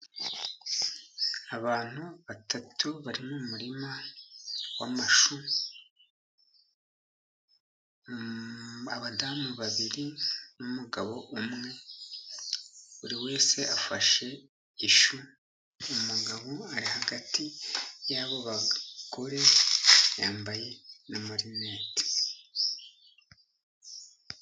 Abantu batatu bari mu muririma w'amashu, abadamu babiri n'umugabo umwe. Buri wese afashe ishu ,umugabo ari hagati y'abo bagore yambaye n'amarinete.